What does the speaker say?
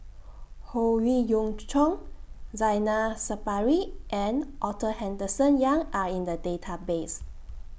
Howe Yoon Chong Zainal Sapari and Arthur Henderson Young Are in The Database